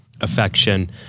affection